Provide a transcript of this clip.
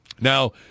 Now